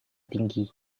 tinggi